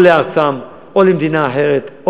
או לארצם או למדינה אחרת,